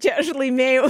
čia aš laimėjau